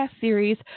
series